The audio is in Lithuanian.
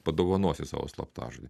padovanosi savo slaptažodį